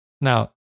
Now